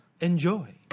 enjoy